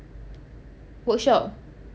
workshop